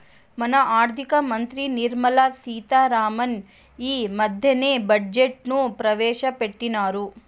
మన ఆర్థిక మంత్రి నిర్మలా సీతా రామన్ ఈ మద్దెనే బడ్జెట్ ను ప్రవేశపెట్టిన్నారు